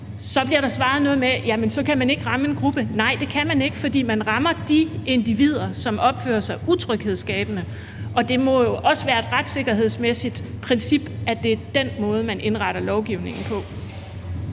Så bliver der svaret noget med, at så kan man ikke ramme en gruppe. Nej, det kan man ikke, for man rammer de individer, som opfører sig utryghedsskabende, og det må jo også være et retssikkerhedsmæssigt princip, at det er den måde, man indretter lovgivningen på.